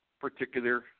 particular